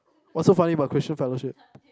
what's so funny about Christian fellowship